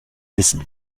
wissen